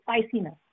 spiciness